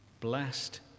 Blessed